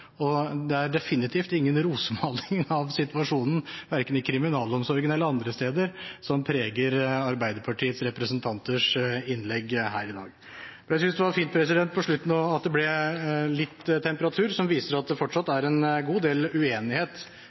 Det er definitivt ingen rosemaling av situasjonen, verken i kriminalomsorgen eller andre steder, som preger Arbeiderpartiets representanters innlegg her i dag. Jeg synes det er fint at det på slutten ble litt temperatur, noe som viser at det fortsatt er en god del uenighet